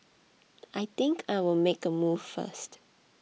I think I'll make a move first